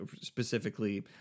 specifically